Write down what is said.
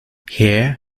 here